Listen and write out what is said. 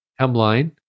hemline